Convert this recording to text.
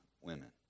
women